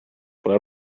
pole